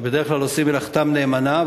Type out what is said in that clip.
שבדרך כלל עושים מלאכתם נאמנה,